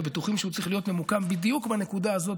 ובטוחים שהוא צריך להיות ממוקם בדיוק בנקודה הזאת